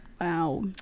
wow